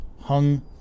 Hung